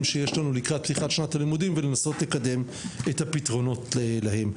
שיש לנו לקראת פתיחת שנת הלימודים ולנסות לקדם את הפתרונות להם.